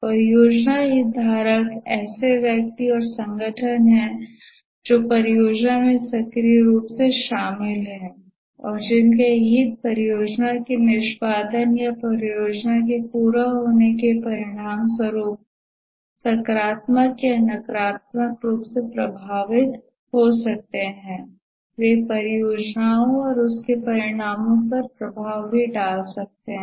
परियोजना हितधारक ऐसे व्यक्ति और संगठन हैं जो परियोजना में सक्रिय रूप से शामिल हैं और जिनके हित परियोजना के निष्पादन या परियोजना के पूरा होने के परिणामस्वरूप सकारात्मक या नकारात्मक रूप से प्रभावित हो सकते हैं वे परियोजना और उसके परिणामों पर प्रभाव भी डाल सकते हैं